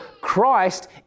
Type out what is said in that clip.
Christ